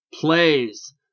plays